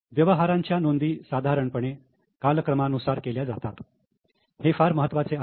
व्यवहारांच्या नोंदी साधारणपणे कालक्रमानुसार केल्या जातात हे फार महत्त्वाचे आहे